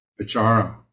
vichara